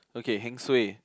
okay heng suay